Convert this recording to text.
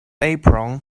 apron